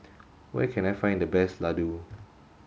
where can I find the best Ladoo